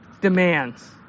demands